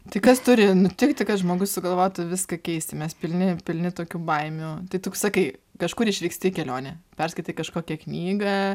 tai kas turi nutikti kad žmogus sugalvotų viską keisti mes pilni pilni tokių baimių tai tuk sakai kažkur išvyksti į kelionę perskaitai kažkokią knygą